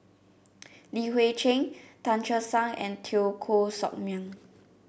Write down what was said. Li Hui Cheng Tan Che Sang and Teo Koh Sock Miang